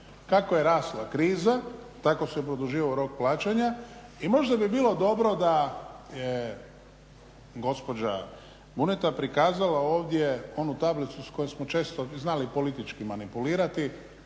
Kako je rasla kriza, tako se produživao rok plaćanja. I možda bi bilo dobro da gospođa Buneta prikazala ovdje onu tablicu s kojom smo često znali politički manipulirati